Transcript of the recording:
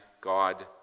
God